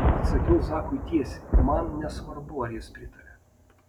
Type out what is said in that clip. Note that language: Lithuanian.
atsakiau zakui tiesiai man nesvarbu ar jis pritaria